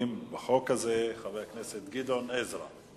המתדיינים בחוק הזה, חבר הכנסת גדעון עזרא.